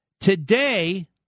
Today